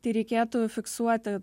tai reikėtų fiksuoti